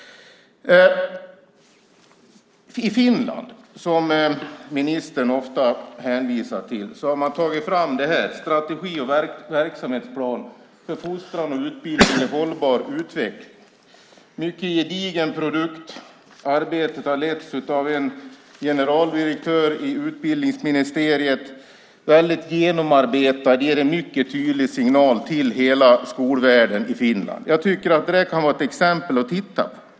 I Finland, som ministern ofta hänvisar till, har man tagit fram Strategi och verksamhetsplan för fostran och utbildning i hållbar utveckling . Det är en mycket gedigen produkt. Arbetet har letts av en generaldirektör i utbildningsministeriet. Den är väldigt genomarbetad och ger en mycket tydlig signal till hela skolvärlden i Finland. Jag tycker att det kan vara ett exempel att titta på.